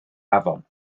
afon